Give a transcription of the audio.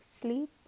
sleep